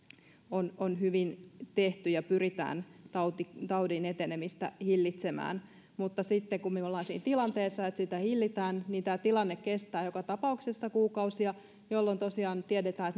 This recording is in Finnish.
on on hyvin tehty pyritään taudin etenemistä hillitsemään mutta sitten kun me olemme siinä tilanteessa että sitä hillitään niin tämä tilanne kestää joka tapauksessa kuukausia jolloin tosiaan tiedetään